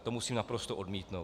To musím naprosto odmítnout.